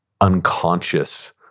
unconscious